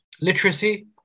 literacy